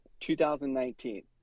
2019